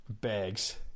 Bags